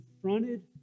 confronted